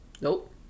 Nope